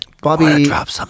Bobby